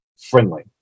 friendly